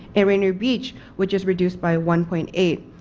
at rainier beach, which is reduced by one point eight.